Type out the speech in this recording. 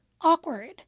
awkward